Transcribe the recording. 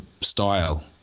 style